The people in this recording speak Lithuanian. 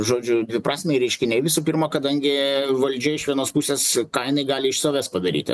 žodžiu dviprasmiai reiškiniai visų pirma kadangi valdžia iš vienos pusės ką jinai gali iš savęs padaryti